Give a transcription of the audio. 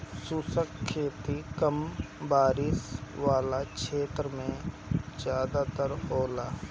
शुष्क खेती कम बारिश वाला क्षेत्र में ज़्यादातर होला